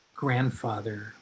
grandfather